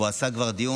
והוא כבר עשה דיון,